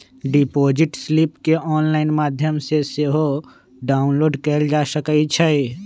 deposit slip केंऑनलाइन माध्यम से सेहो डाउनलोड कएल जा सकइ छइ